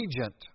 agent